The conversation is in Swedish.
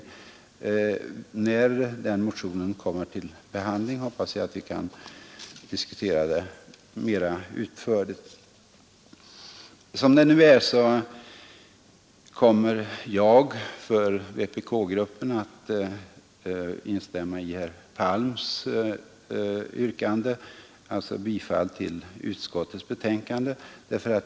När den motionen kommer upp till behandling hoppas jag att vi kan diskutera dessa frågor mera utförligt. Som det nu är instämmer jag för vpk-gruppens del i herr Palms yrkande om bifall till utskottets hemställan.